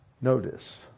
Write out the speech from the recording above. notice